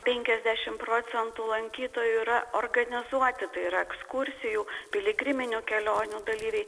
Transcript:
penkiasdešim procentų lankytojų yra organizuoti tai yra ekskursijų piligriminių kelionių dalyviai